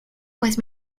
pues